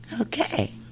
Okay